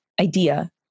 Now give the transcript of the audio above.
idea